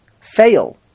fail